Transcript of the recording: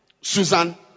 Susan